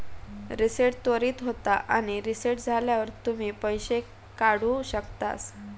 reset त्वरीत होता आणि रीसेट झाल्यावर तुम्ही पैशे काढु शकतास